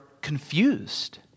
confused